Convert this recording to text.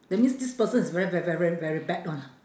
that means this person is very very very very very bad one ah